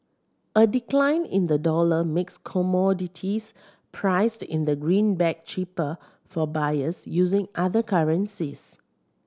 a decline in the dollar makes commodities priced in the greenback cheaper for buyers using other currencies